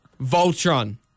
Voltron